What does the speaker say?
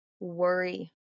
worry